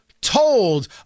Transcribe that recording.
told